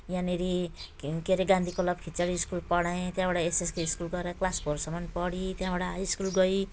यहाँनिर के अरे गान्धी क्लब खिचडी स्कुल पढाएँ त्यहाँबाट एसएसके स्कुल गएर क्लास फोरसम्म पढी त्यहाँबाट हाई स्कुल गई